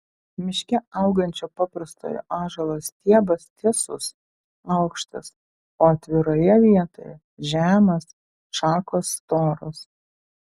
miške augančio paprastojo ąžuolo stiebas tiesus aukštas o atviroje vietoje žemas šakos storos